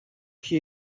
qui